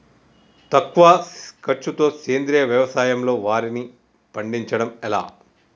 తక్కువ ఖర్చుతో సేంద్రీయ వ్యవసాయంలో వారిని పండించడం ఎలా?